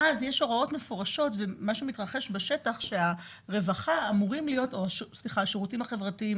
אז יש הוראות מפורשות ומה שמתחרש בשטח זה שהשירותים החברתיים